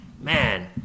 man